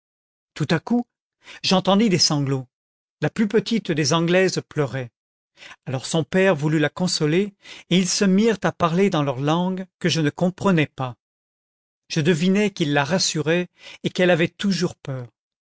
tout à coup j'entendis des sanglots la plus petite des anglaises pleurait alors son père voulut la consoler et ils se mirent à parler dans leur langue que je ne comprenais pas je devinai qu'il la rassurait et qu'elle avait toujours peur